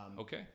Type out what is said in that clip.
okay